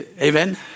Amen